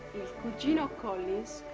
you know collins,